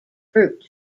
fruit